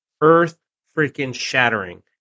Earth-freaking-shattering